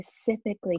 specifically